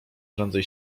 prędzej